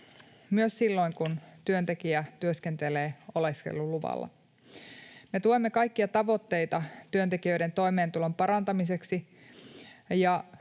myös silloin, kun työntekijä työskentelee oleskeluluvalla. Me tuemme kaikkia tavoitteita työntekijöiden toimeentulon parantamiseksi,